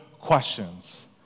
questions